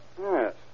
Yes